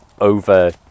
over